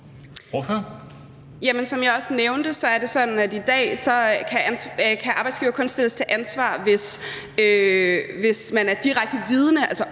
Som jeg også nævnte, er det sådan, at arbejdsgiveren i dag kun kan stilles til ansvar, hvis man er direkte vidne